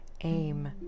aim